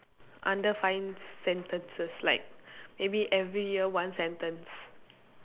under five sentences like maybe every year one sentence